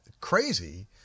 crazy